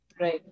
right